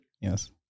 Yes